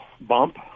bump